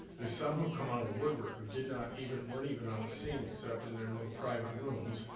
there's some who have come out of the woodwork who did not even weren't even on the scene except in their little private rooms.